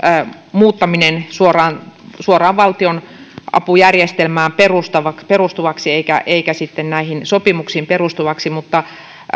muuttaminen suoraan suoraan valtionapujärjestelmään perustuvaksi perustuvaksi eikä sitten näihin sopimuksiin perustuvaksi mutta